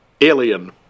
Alien